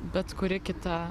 bet kuri kita